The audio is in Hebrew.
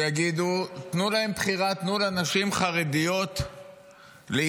שיגידו: תנו להן בחירה, תנו לנשים חרדיות להתקדם.